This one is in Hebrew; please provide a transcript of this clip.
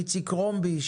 איציק קרומבי,